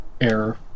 error